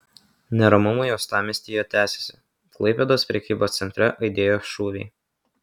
neramumai uostamiestyje tęsiasi klaipėdos prekybos centre aidėjo šūviai